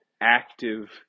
active